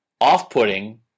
off-putting